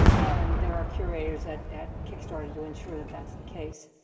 and there are curators at at kickstarter to ensure that that's the case.